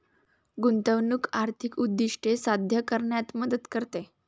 गुंतवणूक आर्थिक उद्दिष्टे साध्य करण्यात मदत करते